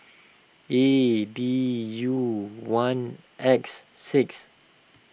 A D U one X six